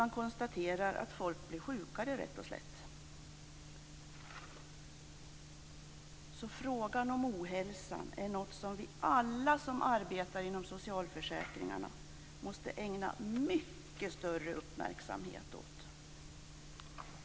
Man konstaterar rätt och slätt att folk blir sjukare. Frågan om ohälsan är alltså något som alla vi som arbetar inom socialförsäkringarna måste ägna mycket större uppmärksamhet åt.